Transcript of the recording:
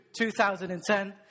2010